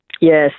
Yes